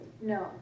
No